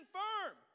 firm